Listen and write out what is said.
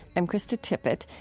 i'm krista tippett.